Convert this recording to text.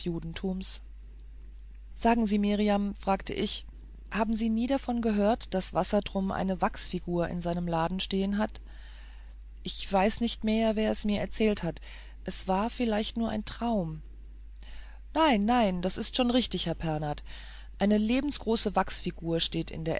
sagen sie mirjam fragte ich haben sie nie davon gehört daß wassertrum eine wachsfigur in seinem laden stehen hat ich weiß nicht mehr wer es mir erzählt hat es war vielleicht nur ein traum nein nein es ist schon richtig herr pernath eine lebensgroße wachsfigur steht in der